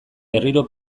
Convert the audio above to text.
berriro